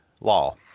law